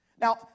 now